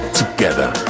together